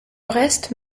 reste